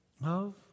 Love